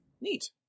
neat